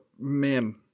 man